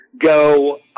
go